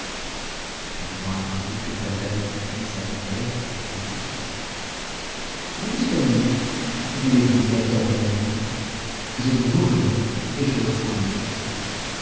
le paysan attendit que fatal eût fini sa prière et lui dit mon petit ami voulez-vous venir garder mes moutons je vous nourrirai et j'aurai soin de vous